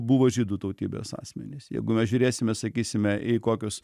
buvo žydų tautybės asmenys jeigu žiūrėsime sakysime į kokius